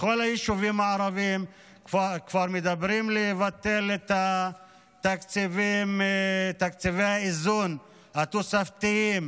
בכל היישובים הערביים כבר מדברים על ביטול את תקציבי האיזון התוספתיים